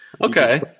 Okay